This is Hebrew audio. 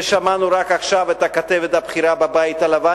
ושמענו רק עכשיו את הכתבת הבכירה בבית הלבן.